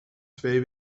twee